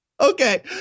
Okay